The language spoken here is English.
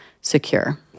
secure